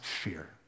fear